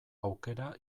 aukera